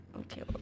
Okay